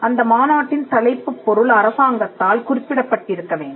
அந்த மாநாட்டின் தலைப்புப் பொருள் அரசாங்கத்தால் குறிக்கப்பட்டிருக்க வேண்டும்